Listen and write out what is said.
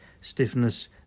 stiffness